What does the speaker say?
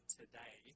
today